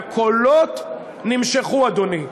והקולות נמשכו, אדוני.